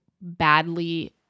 badly